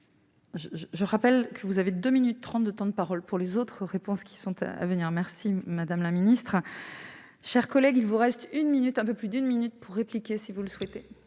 Je rappelle que vous avez 2 minutes 30 de temps de parole pour les autres réponses qui sont à à venir, merci madame la ministre, chers collègues, il vous reste une minute, un peu plus d'une minute pour répliquer si vous le souhaitez.